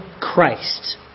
Christ